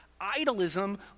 idolism